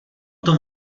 tom